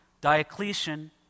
Diocletian